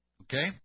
Okay